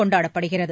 கொண்டாடப்படுகிறது